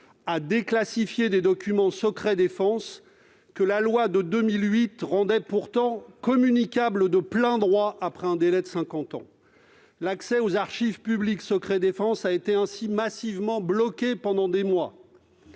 à déclassifier des documents secret-défense que la loi de 2008 rendait pourtant communicables de plein droit, après un délai de cinquante ans. L'accès aux archives publiques secret-défense a ainsi été massivement bloqué pendant des mois.